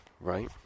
Right